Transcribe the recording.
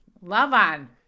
love-on